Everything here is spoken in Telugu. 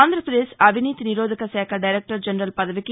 ఆంధ్రప్రదేశ్ అవినీతి నిరోధకశాఖ డైరెక్టర్ జనరల్ పదవికి